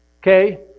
Okay